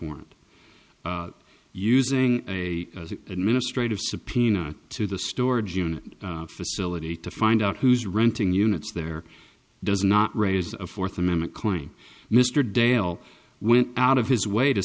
warrant using a administrative subpoena to the storage unit facility to find out who's renting units there does not raise a fourth amendment claim mr dale went out of his way to